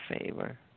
favor